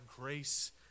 grace